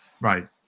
Right